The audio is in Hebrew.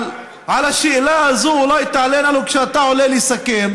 על השאלה הזאת אולי תענה לנו כשאתה עולה לסכם.